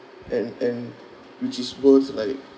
and and which is worth like